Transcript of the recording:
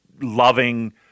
loving